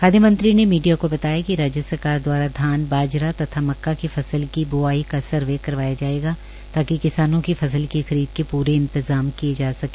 खाद्य मंत्री ने मीडिया को बताया कि राज्य सरकार द्वारा धान बाजरा तथा मक्का की फसल की ब्आई का सर्वे करवाया जाएगा ताकि किसानों की फसल की खरीद के प्रे इंतजाम किये जा सके